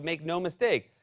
make no mistake,